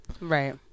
Right